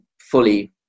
fully